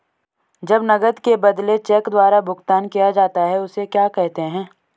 जब नकद के बदले चेक द्वारा भुगतान किया जाता हैं उसे क्या कहते है?